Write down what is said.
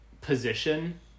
position